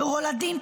רולדין,